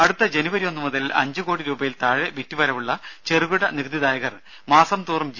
അടുത്ത ജനുവരി ഒന്നുമുതൽ അഞ്ചുകോടി രൂപയിൽ താഴെ വിറ്റുവരവുള്ള ചെറുകിട നികുതി ദായകർ മാസംതോറും ജി